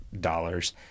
dollars